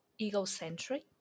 egocentric